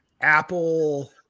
apple